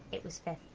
it was fifth.